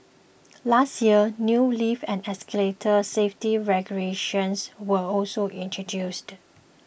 last year new lift and escalator safety regulations were also introduced